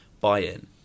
buy-in